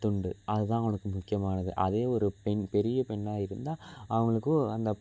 துண்டு அது தான் அவனுக்கு முக்கியமானது அதே ஒரு பெண் பெரிய பெண்ணாக இருந்தால் அவங்களுக்கு அந்த